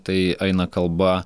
tai eina kalba